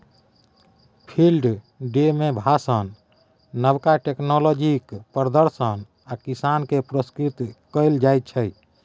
field day मे भाषण, नबका टेक्नोलॉजीक प्रदर्शन आ किसान केँ पुरस्कृत कएल जाइत छै